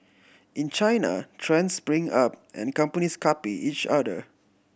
in China trends spring up and companies copy each other